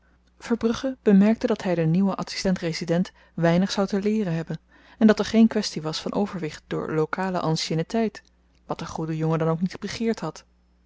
verbrugge bemerkte dat hy den nieuwen adsistent resident weinig zou te leeren hebben en dat er geen kwestie was van overwicht door lokale ancienneteit wat de goede jongen dan ook niet begeerd had